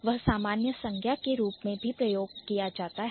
वह सामान्य संज्ञा के रूप मेंप्रयोग किया जाता है